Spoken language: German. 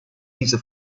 diese